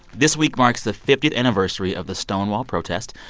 this week marks the fiftieth anniversary of the stonewall protest.